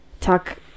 talk